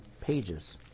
pages